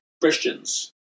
Christians